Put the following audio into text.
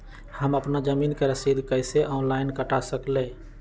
हम अपना जमीन के रसीद कईसे ऑनलाइन कटा सकिले?